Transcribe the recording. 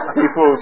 people